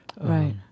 Right